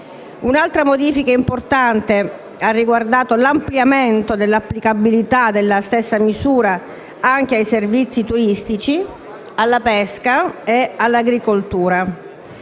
Un'altra modifica importante ha riguardato l'ampliamento dell'applicabilità della stessa misura ai servizi turistici, alla pesca e all'acquacoltura.